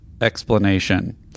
explanation